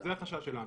זה החשש שלנו.